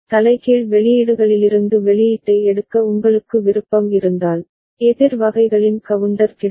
தலைகீழ் வெளியீடுகளிலிருந்து வெளியீட்டை எடுக்க உங்களுக்கு விருப்பம் இருந்தால் எதிர் வகைகளின் கவுண்டர் கிடைக்கும்